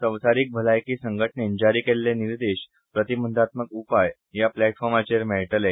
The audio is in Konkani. संवसारीक भलायकी संघटनेन जारी केल्ले निर्देश प्रतिबंधात्मक उपाय ह्या प्लॅटफोर्माचेर मेळटले